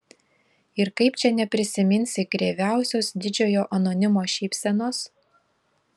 ir kaip čia neprisiminsi kreiviausios didžiojo anonimo šypsenos